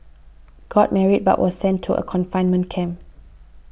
got married but was sent to a confinement camp